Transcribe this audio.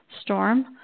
storm